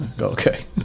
Okay